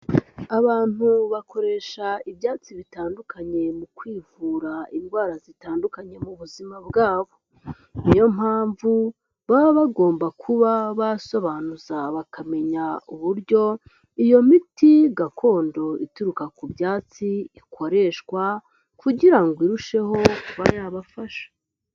Abantu bakoresha ibyatsi bitandukanye mu kwivura indwara zitandukanye mu buzima bwabo. Niyo mpamvu baba bagomba kuba basobanuza bakamenya uburyo iyo miti gakondo ituruka ku byatsi ikoreshwa kugira irusheho kuba yabafasha.